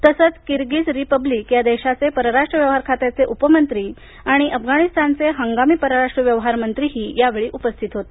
तसंच Kyrgyz Republic या देशाचे परराष्ट्र व्यवहार खात्याचे उपमंत्री आणि अफगाणिस्तानचे हंगामी परराष्ट्र व्यवहार मंत्रीही यावेळी उपस्थित होते